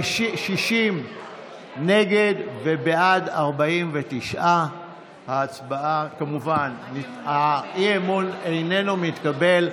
60 נגד, ובעד, 49. האי-אמון איננו מתקבל.